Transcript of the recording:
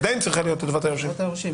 היא עדיין צריכה להיות לטובת היורשים.